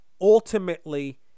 ultimately